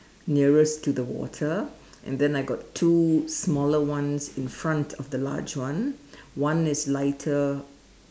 nearest to the water and then I got two smaller ones in front of the large one one is lighter